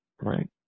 Right